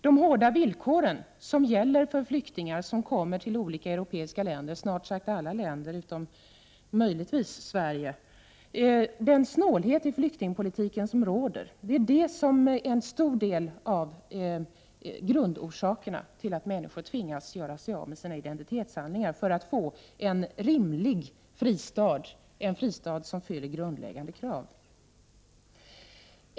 De hårda villkor som gäller för flyktingar som kommer till olika europeiska länder, snart sagt alla europeiska länder utom möjligtvis Sverige, och den snålhet i flyktingpolitiken som råder är några av grundorsakerna till att människor tvingas göra sig av med sina identitetshandlingar för att få en rimlig fristad som fyller grundläggande krav.